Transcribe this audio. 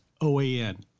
OAN